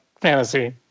fantasy